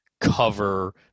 cover